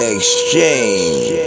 Exchange